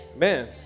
Man